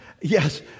Yes